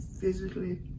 physically